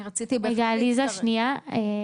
עליזה, שנייה.